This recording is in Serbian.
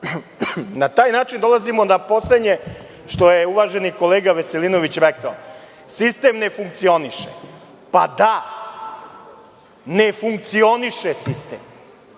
taj način dolazimo na poslednje što je uvaženi kolega Veselinović rekao. Sistem ne funkcioniše. Pa, da, ne funkcioniše sistem